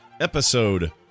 Episode